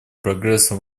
прогресса